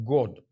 God